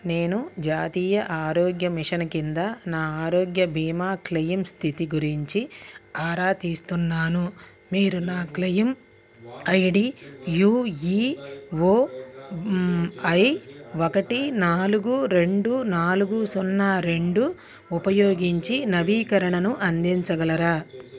నేను జాతీయ ఆరోగ్య మిషన్ కింద నా ఆరోగ్య బీమా క్లెయిమ్ స్థితి గురించి ఆరా తీస్తున్నాను మీరు నా claim ID U E O I ఒకటి నాలుగు రెండు నాలుగు సున్నా రెండు ఉపయోగించి నవీకరణను అందించగలరా